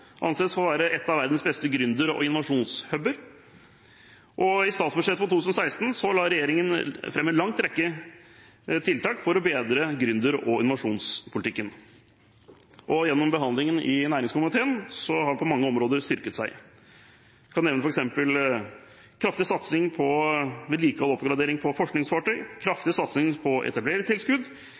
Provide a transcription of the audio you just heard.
anses for å være en av verdens beste gründer- og innovasjons-«hub»-er. I statsbudsjettet for 2016 la regjeringen fram en lang rekke tiltak for å bedre gründer- og innovasjonspolitikken, og gjennom behandlingen i næringskomiteen har den på mange områder styrket seg. Jeg kan f.eks. nevne kraftig satsing på vedlikehold og oppgradering av forskningsfartøy, kraftig satsing på etablerertilskudd,